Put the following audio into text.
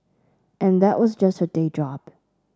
and that was just her day job